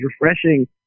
refreshing